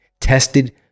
tested